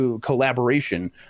collaboration